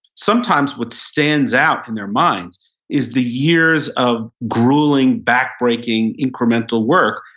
sometimes what stands out in their minds is the years of grueling, back-breaking, incremental work,